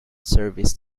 service